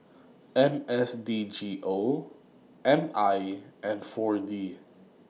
N S D G O M I and four D